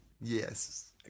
Yes